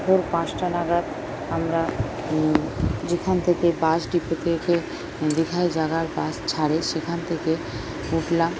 ভোর পাঁচটা নাগাদ আমরা যেখান থেকে বাস ডিপো থেকে দীঘায় যাওয়ার বাস ছাড়ে সেখান থেকে উঠলাম